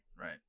Right